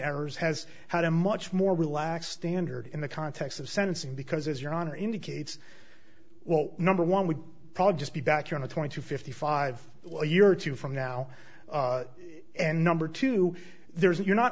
errors has had a much more relaxed standard in the context of sentencing because as your honor indicates well number one would probably just be back on the twenty to fifty five year or two from now and number two there is that you're not